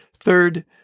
Third